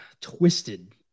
twisted